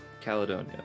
Caledonia